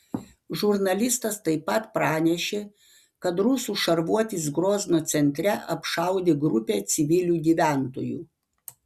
žurnalistas taip pat pranešė kad rusų šarvuotis grozno centre apšaudė grupę civilių gyventojų